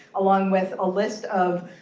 along with a list of